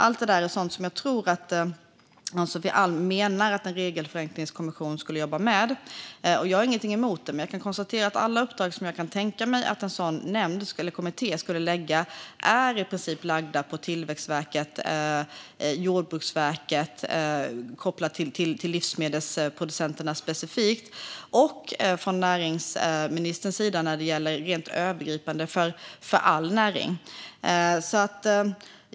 Allt det där är sådant som jag tror att Ann-Sofie Alm menar att en regelförenklingskommission skulle jobba med. Jag har ingenting emot det. Men jag kan tänka mig att i princip alla uppdrag som en sådan nämnd eller kommitté skulle lägga ut är lagda på Tillväxtverket, på Jordbruksverket specifikt kopplat till livsmedelsproducenterna och på näringsministern rent övergripande för all näring.